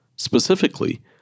Specifically